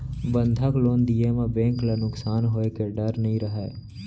बंधक लोन दिये म बेंक ल नुकसान होए के डर नई रहय